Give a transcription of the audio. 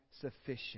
sufficient